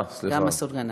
גם מסעוד גנאים.